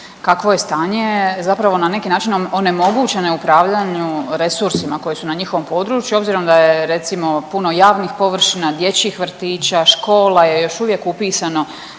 kakvo je stanje zapravo na neki načinom onemogućeno je u upravljanju resursima koji su na njihovom području obzirom da je recimo puno javnih površina, dječjih vrtića, škola je još uvijek upisano